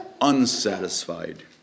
unsatisfied